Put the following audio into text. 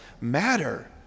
matter